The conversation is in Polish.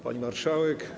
Pani Marszałek!